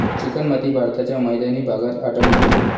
चिकणमाती भारताच्या मैदानी भागात आढळते